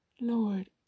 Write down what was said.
Lord